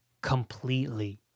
completely